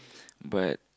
but